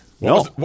no